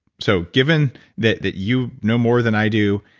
so given that that you know more than i do,